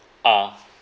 ah